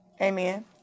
Amen